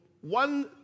one